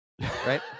right